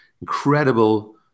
incredible